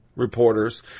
reporters